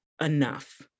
enough